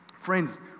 Friends